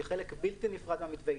שהיא חלק בלתי נפרד מהמתווה,